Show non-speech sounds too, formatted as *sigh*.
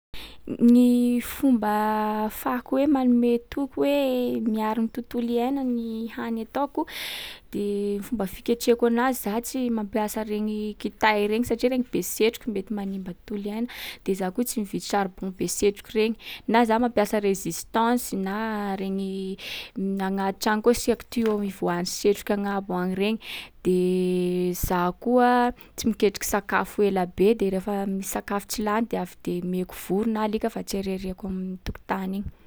Ny fomba ahafahako hoe manome toky hoe miaro ny totolo iaina ny hany ataoko, *noise* de fomba fiketrehiko anazy za tsy mampiasa regny kitay regny satria regny be setroky, mety manimba totolo iaina. De za koa tsy mividy charbon be setroky regny. Na za mampiasa résistance na regny- gn'agnaty trano koa asiako tuyau ivoahan’ny setroky agnambo any regny. De za koa tsy miketriky sakafo ela be. De rehefa misy sakafo tsy lany de avy de meko voro na alika fa tsy ariariako amin’ny tokotany egny.